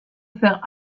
faire